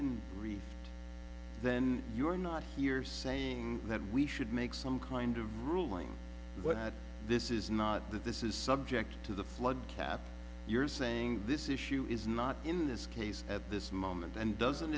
and then you are not here saying that we should make some kind of ruling what this is not that this is subject to the flood cap you're saying this issue is not in this case at this moment and doesn't